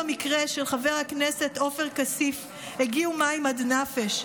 במקרה של חבר הכנסת עופר כסיף הגיעו מים עד נפש,